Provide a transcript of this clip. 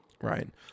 right